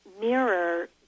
mirror